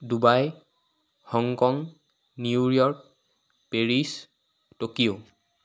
Dubai Hong Kong New York Paris Tokyo